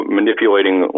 manipulating